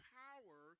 power